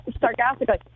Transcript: sarcastically